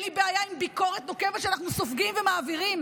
אין לי בעיה עם ביקורת נוקבת שאנחנו סופגים ומעבירים,